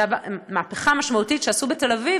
מהפכה משמעותית שעשו בתל-אביב,